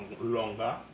longer